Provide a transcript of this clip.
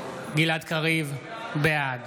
בעד